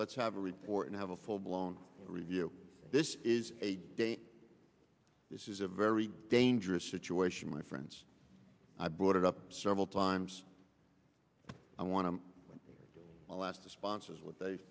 let's have a report and have a full blown review this is a this is a very dangerous situation my friends i brought it up several times i want to alaska sponsors what they